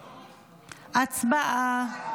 הצבעה.